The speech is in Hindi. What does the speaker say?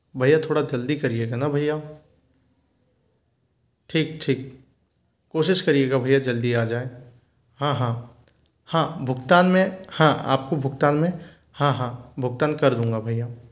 भैया थोड़ा जल्दी करिएगा ना भैया ठीक ठीक कोशिश करिएगा भैया जल्दी आ जाएँ हाँ हाँ हाँ भुगतान मैं हाँ आपको भुगतान मैं हाँ हाँ भुगतान कर दूँगा भैया